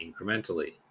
incrementally